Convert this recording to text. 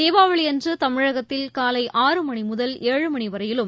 தீபாவளியன்று தமிழகத்தில் காலை ஆறு மணி முதல் ஏழு மணி வரையிலும்